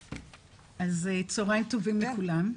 צהרים טובים לכולם.